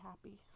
happy